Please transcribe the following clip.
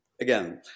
Again